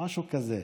משהו כזה.